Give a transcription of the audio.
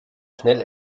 schnell